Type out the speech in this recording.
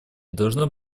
должно